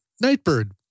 Nightbird